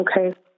Okay